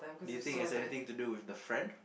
do you think it has anything to do with the friend